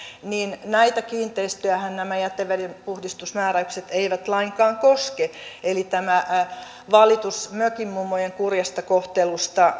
niin näitä kiinteistöjähän nämä jätevedenpuhdistusmääräykset eivät lainkaan koske eli tämä valitus mökinmummojen kurjasta kohtelusta